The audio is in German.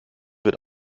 wird